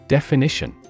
Definition